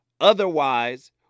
Otherwise